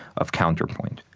of counterpoint.